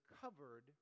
covered